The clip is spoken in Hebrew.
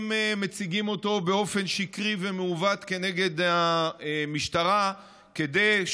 מציגים אותו באופן שקרי ומעוות כנגד המשטרה כדי,